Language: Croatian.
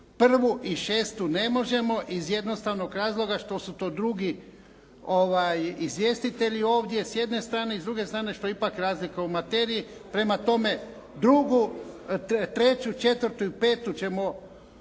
1. i 6. ne možemo iz jednostavnog razloga što su to drugi izvjestitelji ovdje s jedne strane i s druge strane što je ipak razlika u materiji. Prema tome, 2., 3., 4. i 5. ćemo